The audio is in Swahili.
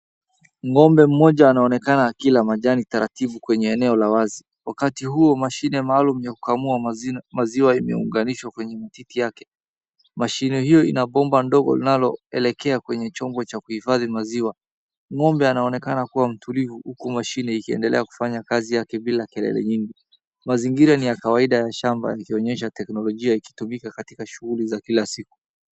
Ng'ombe mmoja anononekana akila majani taratibu kwenye eneo la wazi wakati huu mashini maalumu ya kukamua maziwa imeunganishwa kwenye titi yake .Mashine hiyo ina bomba ndogo linaloelekea kwenye chombo cha kuhifadhi maziwa ng'ombe anaonekana kuwa mtulivu huku mashine ikiendelea kufanya kazi yake bila kelele nyingi mazingira ni ya kawaida ya shamba likionyesha teknolojia ikitumika katika shugli za kila siku.